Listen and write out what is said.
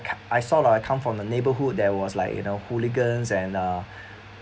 I saw like I come from the neighborhood that was like you know hooligans and uh